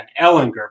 Ellinger